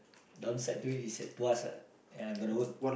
downside to it is it's at Tuas ah and I'm gonna work